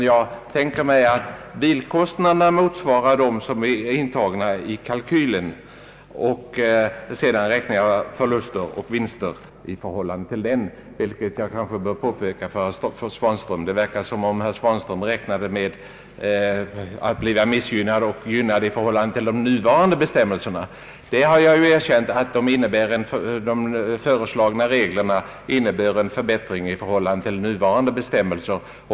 Jag tänker mig att de verkliga bilkostnaderna motsvarar dem som redovisas i kalkylen, och jag räknar sedan förluster och vinster i förhållande till kalkylen, vilket jag kanske bör påpeka för herr Svanström. Det verkar som om herr Svanström räknat med skattskyldiga som blir missgynnade eller gynnade i förhållande till vad som nu gäller. Jag har ju erkänt att de föreslagna reglerna innebär en förbättring i jämförelse med nuvarande bestämmelser.